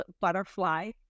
butterfly